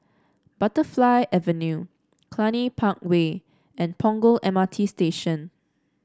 Butterfly Avenue Cluny Park Way and Punggol M R T Station